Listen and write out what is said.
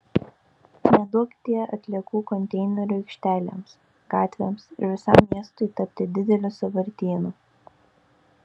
neduokdie atliekų konteinerių aikštelėms gatvėms ir visam miestui tapti dideliu sąvartynu